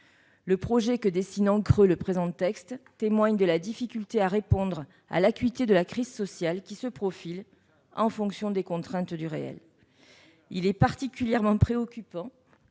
Le projet que le présent texte dessine en creux témoigne de la difficulté à répondre à l'acuité de la crise sociale qui se profile en fonction des contraintes du réel. Il est particulièrement préoccupant